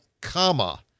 comma